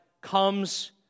comes